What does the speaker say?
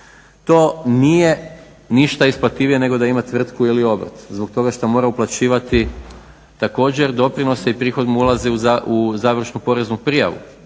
to nije ništa isplativije nego da ima tvrtku ili obrt zbog toga što mora uplaćivati također doprinose i prihod mu ulazi u završnu poreznu prijavu.